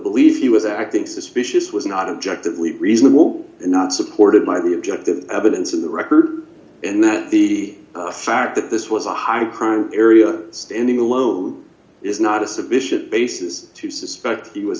belief he was acting suspicious was not objective leave reasonable and not supported by the objective evidence in the record and that the fact that this was a high crime area standing alone is not a sufficient basis to suspect he was